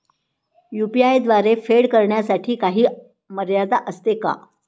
UPI द्वारे फेड करण्यासाठी काही मर्यादा असते का?